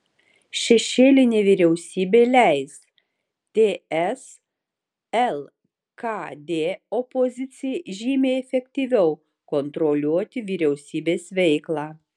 šešėlinė vyriausybė leis ts lkd opozicijai žymiai efektyviau kontroliuoti vyriausybės veiklą